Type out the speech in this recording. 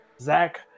Zach